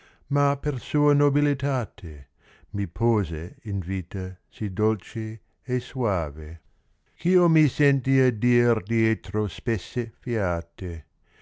ma per sua nobilitate mi pose in vita si dolce e soave ghio mi sentia dir dietro spesse fiate